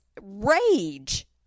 rage